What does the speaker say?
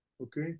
okay